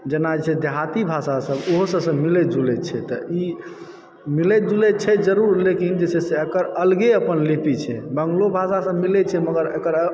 जेना छै देहाती भाषा सब ओहो सब सऽ मिलैत जुलैत छै तऽ ई मिलै जुलै छै जरुर लेकिन जे छै से एकर अलगे अपन लिपि छै बंगलो भाषा सऽ मिलै छै मगर एकर